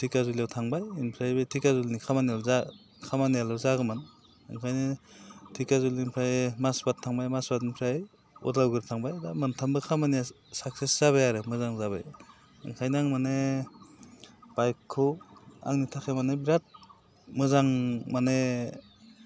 धेकियाजुलि आव थांबाय ओमफ्राय बे धेकियाजुलिनि खामानियाल' जागौमोन ओंखायनो धेकियाजुलिनिफ्राय माजबाद थांबाय माजबादनिफ्राय उदालगुरि थांबाय दा मोनथामबो खामानिया साकसेस जाबाय आरो मोजां जाबाय ओंखायनो आं माने बाइकखौ आंनि थाखाय माने बिराद मोजां माने